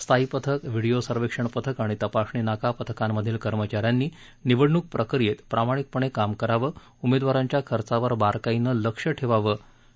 स्थायी पथक व्हिडीओ सर्वेक्षण पथक आणि तपासणी नाका पथकांमधील कर्मचाऱ्यांनी निवडणूक प्रक्रियेत प्रामाणिकपणे काम करावं उमेदवारांच्या खर्चावर बारकाईने लक्ष ठेवून प्रत्येक खर्चाची नोंद करावी